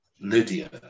Lydia